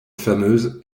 fameuse